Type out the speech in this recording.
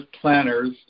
planners